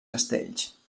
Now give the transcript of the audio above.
castells